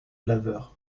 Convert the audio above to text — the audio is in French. laver